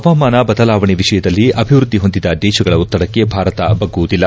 ಹವಾಮಾನ ಬದಲಾವಣೆ ವಿಷಯದಲ್ಲಿ ಅಭಿವೃದ್ಧಿ ಹೊಂದಿದ ದೇಶಗಳ ಒತ್ತಡಕ್ಕೆ ಭಾರತ ಬಗ್ಗುವುದಿಲ್ಲ